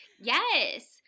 Yes